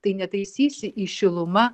tai netaisysi į šiluma